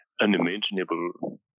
unimaginable